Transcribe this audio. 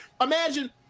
imagine